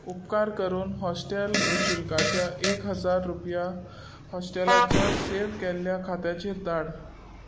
उपकार करून हॉस्टेल शुल्काचे एक हजार रुपया हॉस्टेलाच्या सेव्ह केल्ल्या खात्याचेर धाड